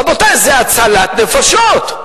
רבותי, זה הצלת נפשות.